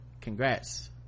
congrats